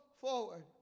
forward